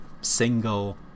single